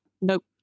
nope